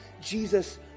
Jesus